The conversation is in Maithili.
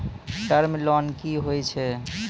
टर्म लोन कि होय छै?